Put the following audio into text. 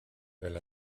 del